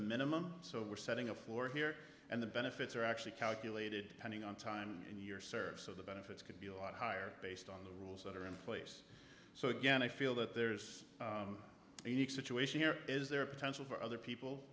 minimum so we're setting a floor here and the benefits are actually calculated pending on time in your service of the benefits could be a lot higher based on the rules that are in place so again i feel that there's a unique situation here is there potential for other people